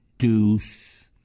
Deuce